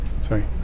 Sorry